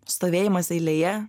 stovėjimas eilėje